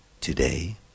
Today